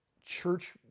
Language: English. church